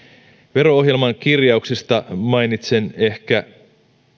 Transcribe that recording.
vero ohjelman kirjauksista mainitsen ehkä